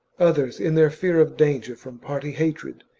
others in their fear of danger from party hatred,